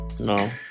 No